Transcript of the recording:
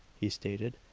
he stated,